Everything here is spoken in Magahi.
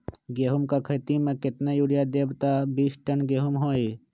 गेंहू क खेती म केतना यूरिया देब त बिस टन गेहूं होई?